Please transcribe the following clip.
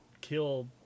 kill